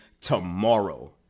tomorrow